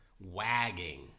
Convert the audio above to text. wagging